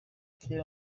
kera